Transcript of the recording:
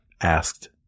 asked